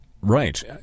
Right